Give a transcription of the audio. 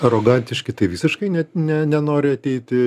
arogantiški tai visiškai net ne nenori ateiti